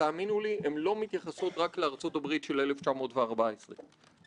"אור השמש הוא המחטא הטוב ביותר ונורת החשמל